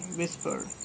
Whispered